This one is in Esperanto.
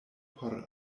por